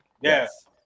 yes